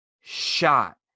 shot